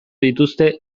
dituzte